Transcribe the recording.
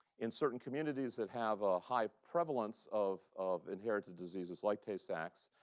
in certain communities that have a high prevalence of of inherited diseases like tay-sachs,